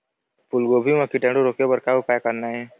फूलगोभी म कीटाणु रोके बर का उपाय करना ये?